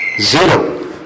zero